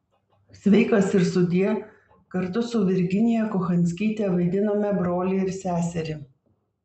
sveikas ir sudie kartu su virginiją kochanskyte vaidinome brolį ir seserį